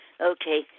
Okay